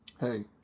Hey